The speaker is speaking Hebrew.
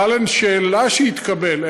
בכלל אין שאלה שהיא תקבל,